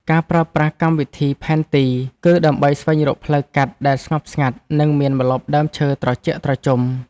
ការប្រើប្រាស់កម្មវិធីផែនទី គឺដើម្បីស្វែងរកផ្លូវកាត់ដែលស្ងប់ស្ងាត់ និងមានម្លប់ដើមឈើត្រជាក់ត្រជុំ។